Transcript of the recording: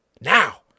Now